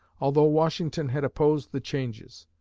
although washington had opposed the changes.